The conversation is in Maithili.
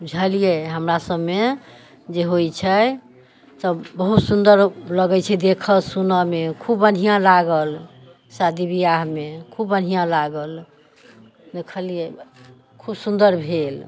बुझलियै हमरा सबमे जे होइत छै तब बहुत सुन्दर लगैत छै देखऽ सुनऽ मे खूब बढ़िआँ लागल शादी बिआहमे खूब बढ़िआँ लागल देखलियै खूब सुन्दर भेल